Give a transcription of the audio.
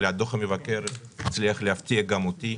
אבל דוח המבקר הצליח להפתיע גם אותי.